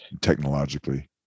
technologically